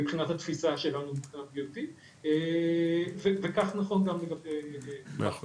מבחינה בריאותית וכך נכון גם לגבי קופת